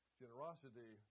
generosity